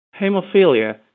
hemophilia